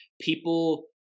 people